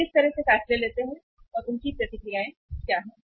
वे किस तरह के फैसले लेते हैं और उनकी प्रतिक्रियाएं क्या हैं